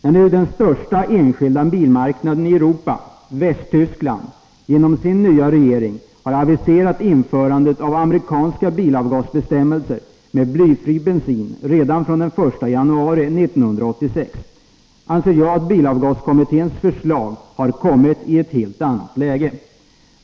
När nu den största enskilda bilmarknaden i Europa — Västtyskland — genom sin nya regering har aviserat införande av amerikanska bilavgasbestämmelser om blyfri bensin redan från den 1 januari 1986, anser jag att bilavgaskommitténs förslag har kommit i ett helt annat läge.